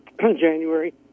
January